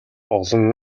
олон